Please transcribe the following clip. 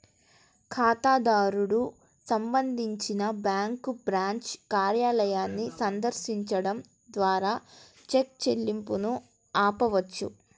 ఖాతాదారుడు సంబంధించి bank branch కార్యాలయాన్ని సందర్శించడం ద్వారా చెక్ చెల్లింపును ఆపవచ్చు